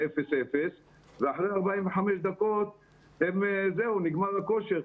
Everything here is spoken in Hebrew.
ואחרי 45 דקות נגמר הכושר,